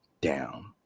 down